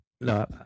No